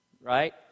right